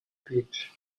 beach